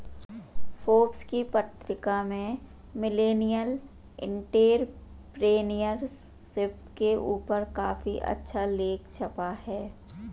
Forbes की पत्रिका में मिलेनियल एंटेरप्रेन्योरशिप के ऊपर काफी अच्छा लेख छपा है